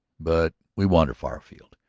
but we wander far afield.